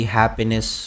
happiness